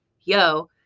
yo